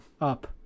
up